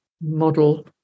model